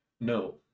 No